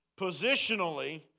Positionally